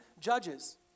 judges